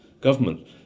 government